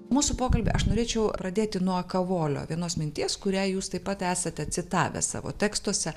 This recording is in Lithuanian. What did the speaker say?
mūsų pokalbį aš norėčiau pradėti nuo kavolio vienos minties kurią jūs taip pat esate citavęs savo tekstuose